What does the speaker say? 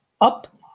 up